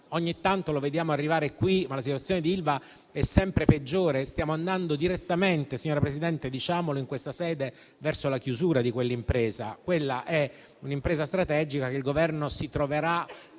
ogni tanto lo vediamo arrivare qui, ma la situazione di Ilva è sempre peggiore e stiamo andando direttamente, signora Presidente - diciamolo in questa sede - verso la chiusura di quell'impresa. Quella è un'impresa strategica che il Governo si troverà